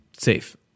safe